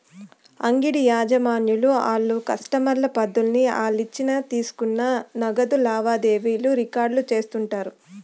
అంగిడి యజమానులు ఆళ్ల కస్టమర్ల పద్దుల్ని ఆలిచ్చిన తీసుకున్న నగదు లావాదేవీలు రికార్డు చేస్తుండారు